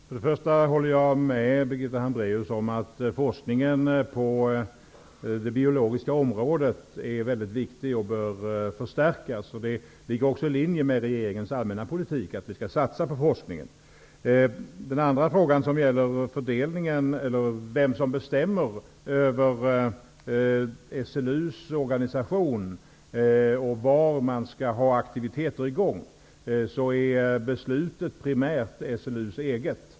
Fru talman! Jag håller med Birgitta Hambraeus om att forskningen på det biologiska området är mycket viktig och bör förstärkas. Det ligger också i linje med regeringens allmänna politik att vi skall satsa på forskningen. Den andra frågan gällde vem som bestämmer över SLU:s organisation och var man skall ha aktiviteter i gång. Beslutet är primärt SLU:s eget.